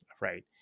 right